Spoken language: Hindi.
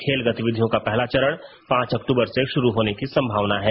खेल गतिविधियों का पहला चरण पांच अक्टूबर से शुरू होने की संभावना हैं